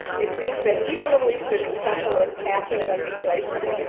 it seems that, even when we've been successful in passing legislation,